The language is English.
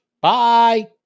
Bye